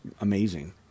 amazing